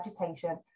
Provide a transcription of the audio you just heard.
agitation